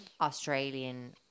Australian